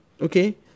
Okay